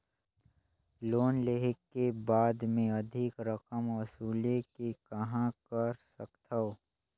Loan लेहे के बाद मे अधिक रकम वसूले के कहां कर सकथव?